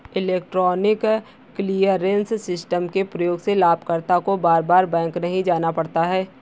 electronic clearance system के प्रयोग से लाभकर्ता को बार बार बैंक नहीं जाना पड़ता है